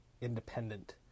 independent